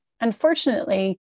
Unfortunately